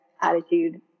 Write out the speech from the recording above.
attitude